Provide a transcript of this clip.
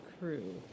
crew